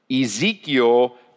Ezekiel